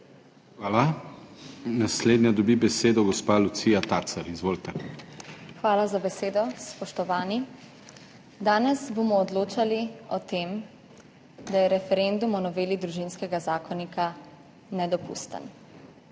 Hvala. Naslednja dobi besedo gospa Lucija Tacer. Izvolite! LUCIJA TACER (PS Svoboda): Hvala za besedo. Spoštovani! Danes bomo odločali o tem, da je referendum o noveli Družinskega zakonika nedopusten.